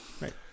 right